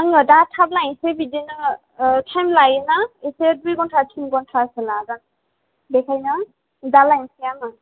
आङो दा थाब लायनोसै बिदिनो आह टाइम लायोना एसे दुइ घन्टा थिन घन्टासो लागोन बेखायनो दा लायनोसै आङो